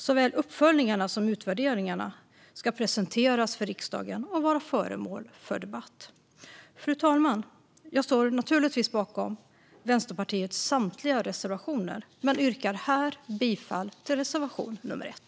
Såväl uppföljningarna som utvärderingarna ska presenteras för riksdagen och vara föremål för debatt. Fru talman! Jag står naturligtvis bakom Vänsterpartiets samtliga reservationer men yrkar här bifall endast till reservation 1.